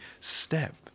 step